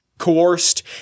coerced